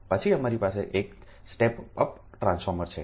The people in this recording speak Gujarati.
પછી અમારી પાસે એક સ્ટેપ અપ ટ્રાન્સફોર્મર છે